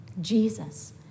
Jesus